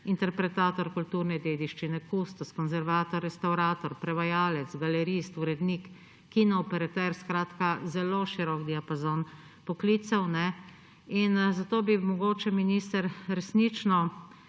interpretator kulturne dediščine, kustos, konzervator, restavrator, prevajalec, galerist, urednik, kinooperater; skratka, zelo širok diapazon poklicev. Zato bi mogoče, minister, resnično